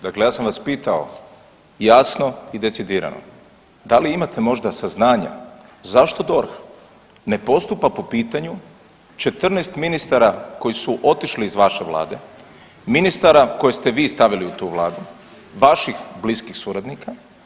Dakle, ja sam vas pitao jasno i decidirano, jasno i decidirano, da li imate možda saznanja zašto DORH ne postupa po pitanju 14 ministara koji su otišli iz vaše vlade, ministara koje ste vi stavili u tu vladu, vaših bliskih suradnika.